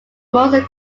most